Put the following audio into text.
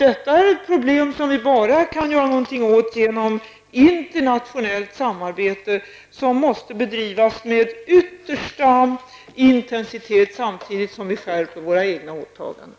Detta är ett problem som vi endast kan göra någonting åt genom ett internationellt samarbete som måste bedrivas med yttersta intensitet, samtidigt som vi skärper våra egna åtaganden.